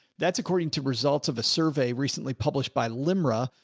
that's according to results of a survey recently published by limra.